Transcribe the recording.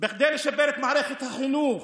כדי לשפר את מערכת החינוך,